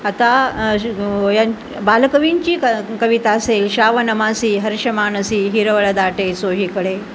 आता बालकवींची क कविता असेल श्रावणमासी हर्ष मानसी हिरवळ दाटे चोहिकडे